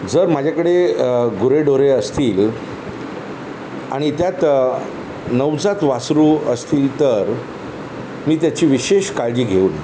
जर माझ्याकडे गुरेढोरे असतील आणि त्यात नवजात वासरू असतील तर मी त्याची विशेष काळजी घेईन